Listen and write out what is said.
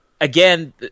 Again